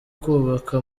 kubaka